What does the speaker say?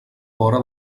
vora